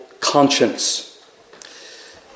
conscience